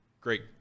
great